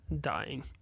dying